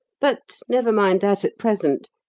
but, never mind that at present.